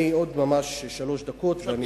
עוד ממש שלוש דקות ואני אסיים.